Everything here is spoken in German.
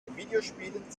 videospielen